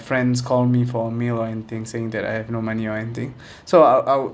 friends call me for a meal or anything saying that I have no money or anything so I I would